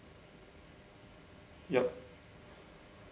yup